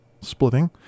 splitting